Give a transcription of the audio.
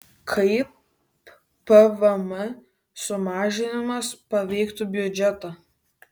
kaip pvm sumažinimas paveiktų biudžetą